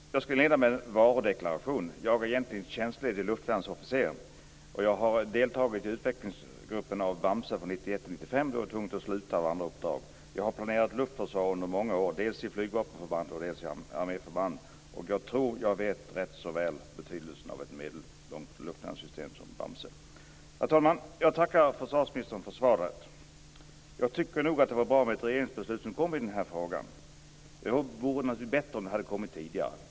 Fru talman! Jag skulle vilja inleda med en varudeklaration. Jag är egentligen tjänstledig luftvärnsofficer. Jag har deltagit i den grupp som utvecklat Bamse från 1991 till 1995, då jag var tvungen att sluta på grund av andra uppdrag. Jag har planerat luftförsvar under många år dels i flygvapenförband, dels i arméförband. Jag tror att jag rätt så väl vet betydelsen av ett medellångt luftvärnssystem som Bamse. Fru talman! Jag tackar försvarsministern för svaret. Jag tycker nog att det var bra att det kom ett regeringsbeslut i denna fråga. Det vore naturligtvis bättre om det hade kommit tidigare.